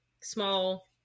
small